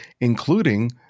including